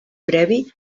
previ